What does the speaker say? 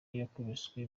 yakubiswe